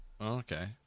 Okay